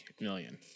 million